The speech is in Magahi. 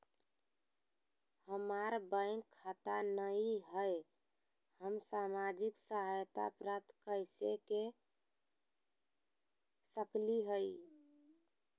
हमार बैंक खाता नई हई, हम सामाजिक सहायता प्राप्त कैसे के सकली हई?